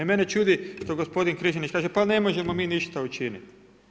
I mene čudi što gospodin Križanić kaže, pa ne možemo mi ništa učiniti.